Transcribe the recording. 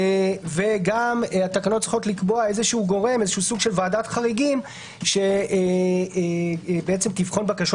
וגם התקנות צריכות לקבוע סוג של ועדת חריגים שתבחון בקשות